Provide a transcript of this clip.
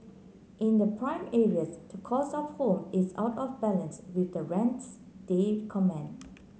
in the prime areas the cost of home is out of balance with the rents they command